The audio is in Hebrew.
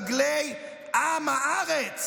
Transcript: את רגלי עם הארץ"